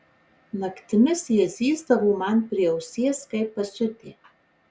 naktimis jie zyzdavo man prie ausies kaip pasiutę